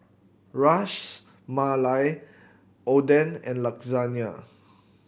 Ras Malai Oden and Lasagne